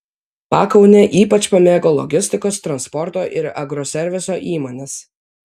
pakaunę ypač pamėgo logistikos transporto ir agroserviso įmonės